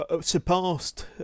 surpassed